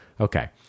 Okay